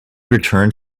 returned